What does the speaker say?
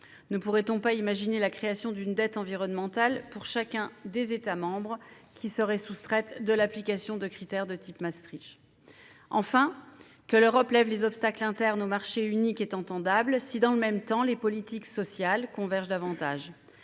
Ne pourrait-on pas imaginer la création d'une dette environnementale, pour chacun des États membres, qui serait soustraite de l'application de critères de type Maastricht ? Enfin, on peut entendre la nécessité pour l'Europe de lever les obstacles internes au marché unique si, dans le même temps, les politiques sociales convergent davantage.